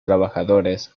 trabajadores